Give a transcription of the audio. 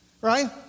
Right